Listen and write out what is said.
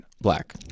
black